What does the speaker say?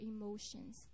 emotions